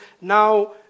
now